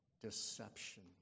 deception